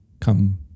come